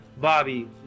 Bobby